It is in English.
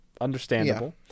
understandable